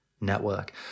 network